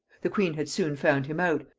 the queen had soon found him out,